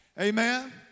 Amen